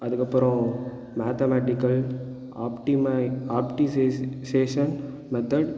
அதுக்கப்புறம் mathematical optimine optimisation optimisation method